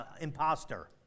Imposter